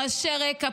רעשי רקע,